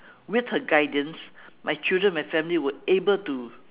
with her guidance my children my family were able to